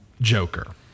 Joker